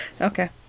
Okay